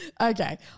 Okay